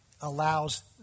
allows